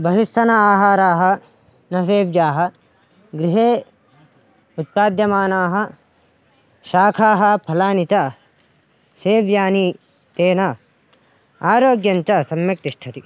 बहिस्तनाः आहाराः न सेव्याः गृहे उत्पाद्यमानाः शाखाः फलानि च सेव्यानि तेन आरोग्यञ्च सम्यक् तिष्ठति